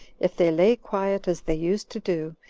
if they lay quiet as they used to do,